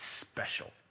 special